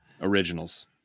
Originals